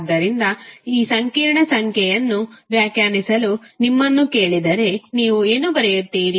ಆದ್ದರಿಂದ ಸಂಕೀರ್ಣ ಸಂಖ್ಯೆಯನ್ನು ವ್ಯಾಖ್ಯಾನಿಸಲು ನಿಮ್ಮನ್ನು ಕೇಳಿದರೆ ನೀವು ಏನು ಬರೆಯುತ್ತೀರಿ